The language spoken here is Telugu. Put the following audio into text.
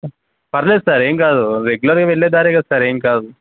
పర్లేదు సార్ ఏం కాదు రెగ్యులర్గా వెళ్ళేదారే కద సార్ ఏం కాదు